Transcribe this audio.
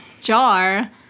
jar